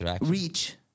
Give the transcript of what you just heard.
reach